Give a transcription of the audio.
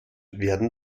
werden